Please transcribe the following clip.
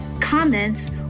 comments